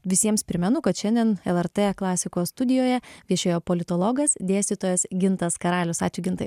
visiems primenu kad šiandien lrt klasikos studijoje viešėjo politologas dėstytojas gintas karalius ačiū gintai